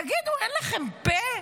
תגידו, אין לכם פה?